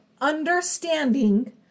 understanding